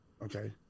Okay